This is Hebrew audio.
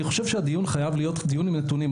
אני חושב שהדיון חייב להיות דיון עם נתונים.